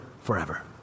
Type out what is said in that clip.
forever